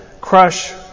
crush